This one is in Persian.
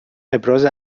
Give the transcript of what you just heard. ابراز